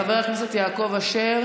חבר הכנסת יעקב אשר,